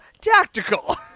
tactical